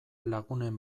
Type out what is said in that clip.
lagunen